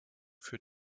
für